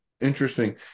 interesting